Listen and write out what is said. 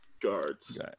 guards